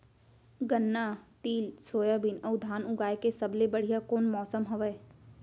गन्ना, तिल, सोयाबीन अऊ धान उगाए के सबले बढ़िया कोन मौसम हवये?